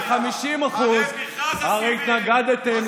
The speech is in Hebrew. חוץ מלהצטלם,